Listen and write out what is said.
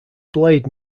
blade